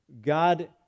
God